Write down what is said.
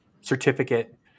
certificate